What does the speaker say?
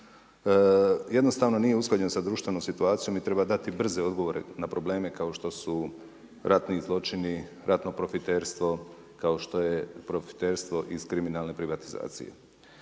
Jednostavno nije usklađen sa društvenom situacijom i treba dati brze odgovore na probleme kao što su ratni zločini, ratno profiterstvo, kao što je profiterstvo iz kriminalne privatizacije.